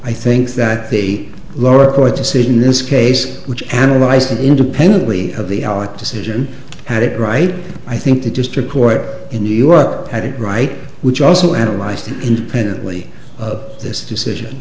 i think that the lower court decision in this case which analyzed independently of the alec decision had it right i think the district court in new up at it right which also analyzed independently of this decision